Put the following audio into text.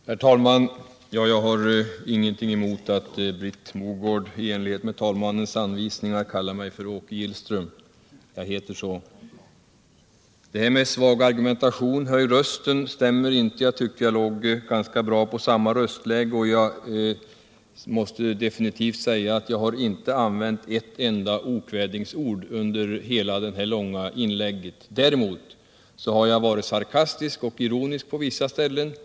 Herr talman! Jag har ingenting emot att Britt Mogård i enlighet med Tisdagen den talmannens anvisningar kallar mig för Åke Gillström. 16 maj 1978 Det där med svag argumentation och höjning av rösten stämmer inte. Jag tycker att jag låg ganska bra på samma röstläge och måste definitivt säga att jag inte har använt ett enda okvädinsord under hela det långa inlägget. Däremot har jag varit sarkastisk och ironisk på vissa ställen.